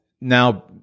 now